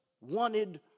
wanted